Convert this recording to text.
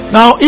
Now